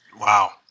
Wow